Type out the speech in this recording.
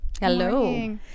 Hello